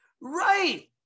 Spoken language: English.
right